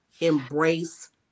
embrace